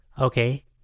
Okay